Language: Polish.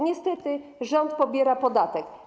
Niestety rząd pobiera podatek.